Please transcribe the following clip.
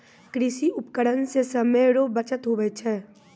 कृषि उपकरण से समय रो बचत हुवै छै